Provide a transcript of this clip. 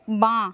বাঁ